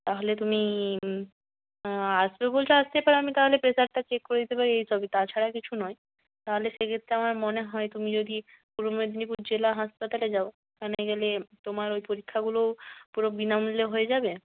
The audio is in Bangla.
তাহলে তুমি আসবে বলছো আসতে পারো আমি তাহলে প্রেশারটা চেক করে দিতে পারি এসবই তাছাড়া কিছু নয় তাহলে সেক্ষেত্রে আমার মনে হয় তুমি যদি পূর্ব মেদিনীপুর জেলা হাসপাতালে যাও ওখানে গেলে তোমার ওই পরীক্ষাগুলোও পুরো বিনামূল্যে হয়ে যাবে